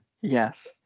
yes